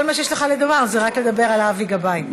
כל מה שיש לך לומר זה רק לדבר על אבי גבאי.